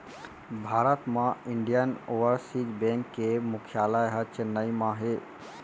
भारत म Indian Overseas bank के मुख्यालय ह चेन्नई म हे